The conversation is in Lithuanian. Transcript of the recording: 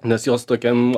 nes jos tokiam